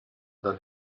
dal